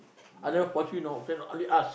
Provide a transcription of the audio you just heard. I never force you know friend only ask